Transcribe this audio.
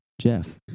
Jeff